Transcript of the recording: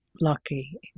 lucky